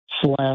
slash